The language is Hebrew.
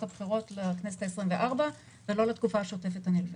הבחירות לכנסת ה-24 ולתקופה השוטפת הנלווית.